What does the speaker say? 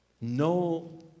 no